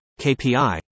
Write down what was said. KPI